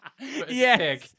Yes